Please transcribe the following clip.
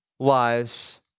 lives